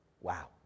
wow